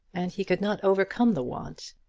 and he could not overcome the want.